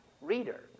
reader